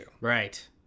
Right